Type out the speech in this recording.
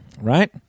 Right